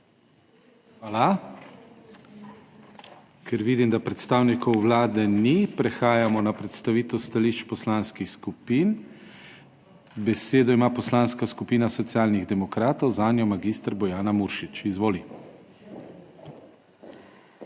Hvala. Ker vidim, da predstavnikov Vlade ni, prehajamo na predstavitev stališč poslanskih skupin. Besedo ima Poslanska skupina Socialnih demokratov, zanjo magister Bojana Muršič. Izvoli.